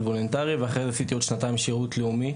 ואחרי זה עשיתי עוד שנתיים שירות לאומי,